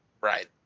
Right